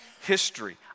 history